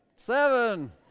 Seven